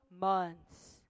months